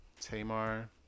Tamar